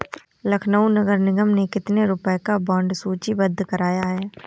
लखनऊ नगर निगम ने कितने रुपए का बॉन्ड सूचीबद्ध कराया है?